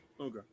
Okay